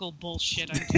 bullshit